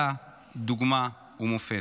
אתה דוגמה ומופת.